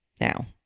Now